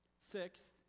Sixth